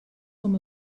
com